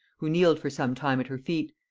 who kneeled for some time at her feet,